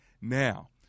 Now